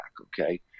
Okay